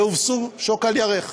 והובסו שוק על ירך.